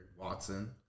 Watson